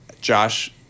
Josh